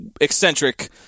eccentric